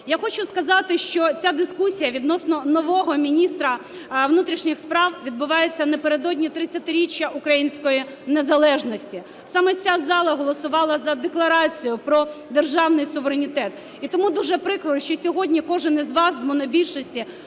Я хочу сказати, що ця дискусія відносно нового міністра внутрішніх справ відбувається напередодні 30-річчя української незалежності. Саме ця зала голосувала за Декларацію про державний суверенітет. І тому дуже прикро, що сьогодні кожен із вас, з монобільшості,